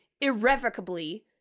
irrevocably